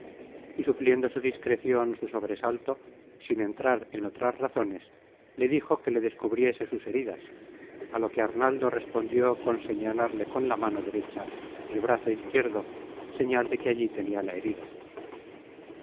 y supliendo su discrecion su sobresalto sin entrar en otras razones le dijo que le descubriese sus heridas á lo que arnaldo respondió con señalarle con la mano derecha el brazo izquierdo señal de que allí tenia la herida